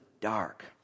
dark